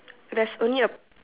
there's only a